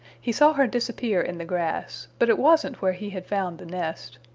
he saw her disappear in the grass, but it wasn't where he had found the nest.